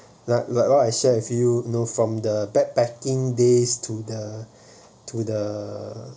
like like what I share with you know from the backpacking days to the the to the